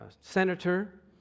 senator